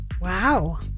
Wow